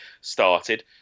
started